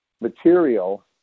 material